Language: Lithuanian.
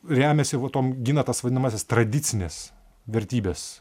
remiasi va tom gina tas vadinamąsias tradicines vertybes